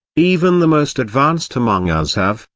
even the most advanced among us have,